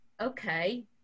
okay